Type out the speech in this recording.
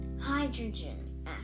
hydrogen